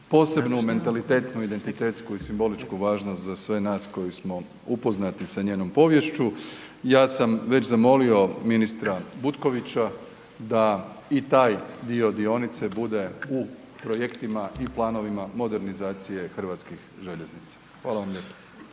posebnu mentalitetnu, identitetsku i simboličku važnost za sve nas koji smo upoznati sa njenom poviješću. Ja sam već zamolio ministra Butkovića da i taj dio dionice bude u projektima i planovima modernizacije Hrvatskih željeznica. Hvala vam lijepo.